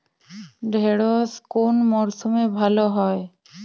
ঢেঁড়শ কোন মরশুমে ভালো হয়?